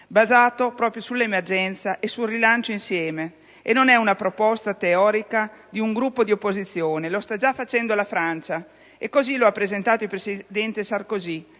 basato proprio sull'emergenza e sul rilancio insieme. E non è una proposta teorica di un Gruppo di opposizione. Lo sta già facendo la Francia, e così lo ha presentato il presidente Sarkozy